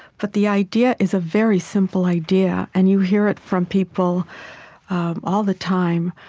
but the idea is a very simple idea, and you hear it from people all the time.